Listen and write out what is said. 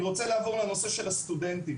אני רוצה לעבור לנושא של הסטודנטים: